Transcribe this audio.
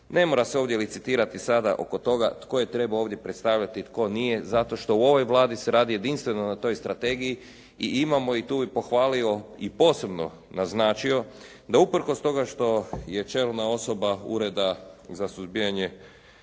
Ne mora se ovdje licitirati sada oko toga tko je trebao ovdje predstavljati tko nije, zato što u ovoj Vladi se radi jedinstveno na toj strategiji i imamo i tu bih pohvalio i posebno naznačio da usprkos toga što je čelna osoba Ureda za suzbijanje